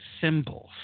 symbols